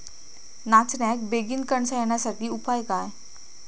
नाचण्याक बेगीन कणसा येण्यासाठी उपाय काय?